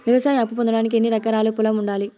వ్యవసాయ అప్పు పొందడానికి ఎన్ని ఎకరాల పొలం ఉండాలి?